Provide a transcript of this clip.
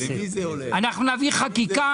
אנחנו נביא חקיקה